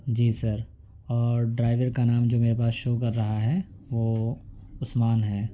جی sir اور driver کا نام جو میرے پاس شو کر رہا ہے وہ عثمان ہے